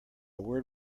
word